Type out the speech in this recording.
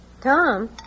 Tom